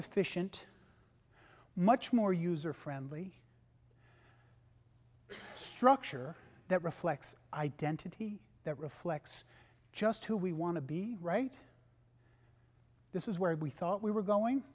efficient much more user friendly structure that reflects identity that reflects just who we want to be right this is where we thought we were going